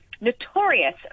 notorious